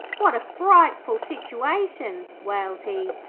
what a frightful situation wailed he.